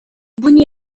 بُني